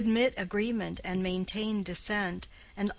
to admit agreement and maintain dissent,